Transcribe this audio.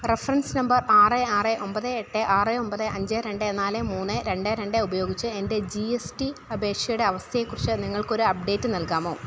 reference number ആറ് ആറ് ഒമ്പത് എട്ട് ആറ് ഒമ്പത് അഞ്ച് രണ്ട് നാല് മുന്ന് രണ്ട് രണ്ട് ഉപയോഗിച്ചു എൻ്റെ ജി എസ് ടി അപേക്ഷയുടെ അവസ്ഥയെ കുറിച്ച് നിങ്ങൾക്ക് ഒരു അപ്ഡേറ്റ് നൽകാമോ